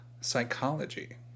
psychology